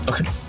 Okay